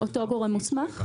אותו גורם מוסמך.